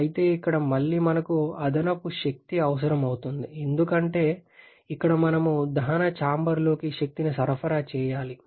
అయితే ఇక్కడ మళ్లీ మనకు అదనపు శక్తి అవసరమవుతుంది ఎందుకంటే ఇక్కడ మనం దహన చాంబర్లోకి శక్తిని సరఫరా చేయాలి